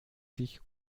sich